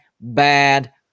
bad